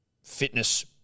Fitness